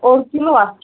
اوٚڑ کِلوٗا